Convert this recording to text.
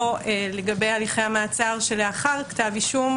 או לגבי הליכי המעצר שלאחר כתב אישום,